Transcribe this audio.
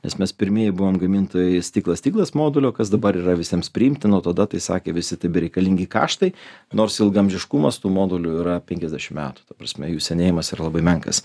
nes mes pirmieji buvom gamintojai stiklas stiklas modulio kas dabar yra visiems priimtina tada tai sakė visi tebereikalingi kaštai nors ilgaamžiškumas tų modulių yra penkiasdešimt metų ta prasme jų senėjimas yra labai menkas